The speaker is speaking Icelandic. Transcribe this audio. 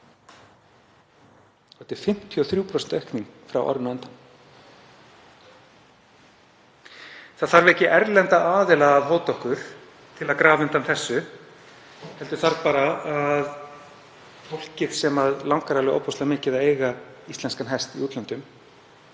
Þetta er 53% aukning frá árinu á undan. Það þarf ekki erlenda aðila að hóta okkur til að grafa undan þessu heldur þarf bara það að fólkið sem langar alveg ofboðslega mikið að eiga íslenskan hest í útlöndum